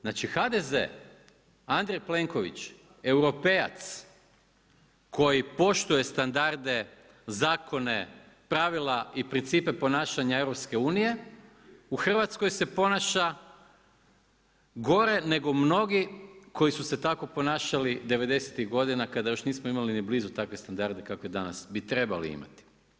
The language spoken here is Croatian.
Znači HDZ, Andrej Plenković, europejac koji poštuje standarde, zakone, pravila i principe ponašanja EU u Hrvatskoj se ponaša gore nego mnogi koji su se tako ponašali devedesetih godina kada još nismo imali ni blizu takve standarde kakve danas bi trebali imati.